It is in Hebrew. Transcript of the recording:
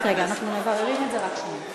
רק רגע, אנחנו מבררים את זה, רק שנייה.